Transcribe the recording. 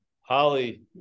Holly